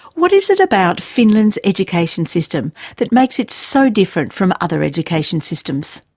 what is it about finland's education system that makes it so different from other education systems?